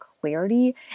clarity